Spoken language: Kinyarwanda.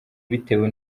bitewe